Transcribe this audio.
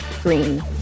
Green